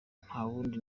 ntawundi